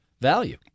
value